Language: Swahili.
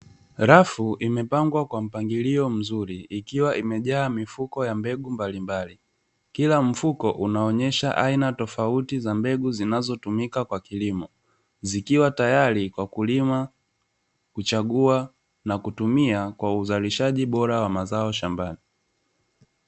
Rafu imepangwa kwa mpangilio mzuri ikiwa imejaa mifuko ya mbegu mbalimbali. Kila mfuko unaonyesha aina tofauti za mbegu zinazotumika kwa ajili ya kilimo, zikiwa tayari wakulima kuchagua na kutumia kwa uzalishaji bora wa mazao shambani.